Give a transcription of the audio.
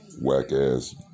whack-ass